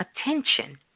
attention